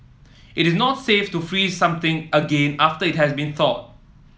it is not safe to freeze something again after it has been thawed